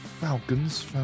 Falcons